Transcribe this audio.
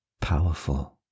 powerful